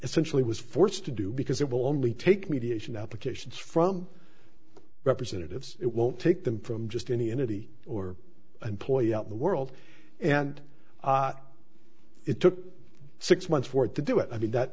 essentially was forced to do because it will only take mediation applications from representatives it won't take them from just any entity or employee out the world and it took six months for it to do it i mean that